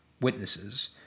witnesses